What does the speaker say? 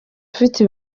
ufite